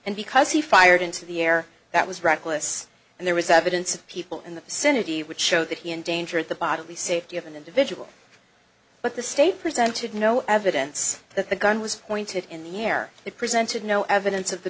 and because he fired into the air that was reckless and there was evidence of people in the vicinity would show that he endangered the bodily safety of an individual but the state presented no evidence that the gun was pointed in the air it presented no evidence of the